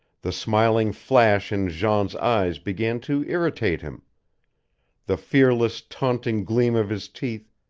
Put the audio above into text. the smiling flash in jean's eyes began to irritate him the fearless, taunting gleam of his teeth,